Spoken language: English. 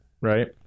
right